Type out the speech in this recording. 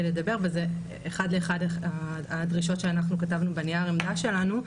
לדבר וזה אחד לאחד הדרישות שאנחנו כתבנו בנייר עמדה שלנו.